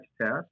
test